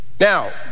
Now